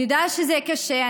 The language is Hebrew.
אני יודעת שזה קשה,